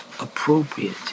appropriate